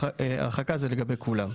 הרחקה זה לגבי כולם.